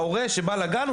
הורה שבא לגן,